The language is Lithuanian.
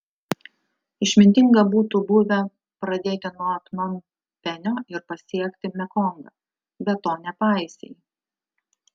išmintinga būtų buvę pradėti nuo pnompenio ir pasiekti mekongą bet to nepaisei